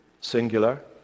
singular